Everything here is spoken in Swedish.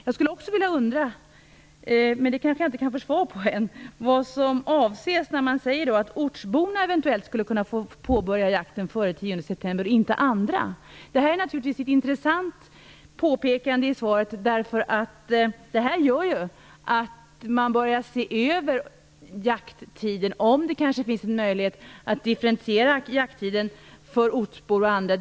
Jag undrar också, men där kan jag kanske ännu inte få svar, vad som avses när det sägs att ortsborna eventuellt skulle kunna få påbörja jakten före den 10 september men inga andra. Det är naturligtvis ett intressant påpekande i jordbruksministerns svar. Det innebär ju att man börjar se över jakttiden och att man ser om det finns en möjlighet att differentiera jakttiden för ortsbor och andra.